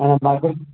آ لَگ بَگ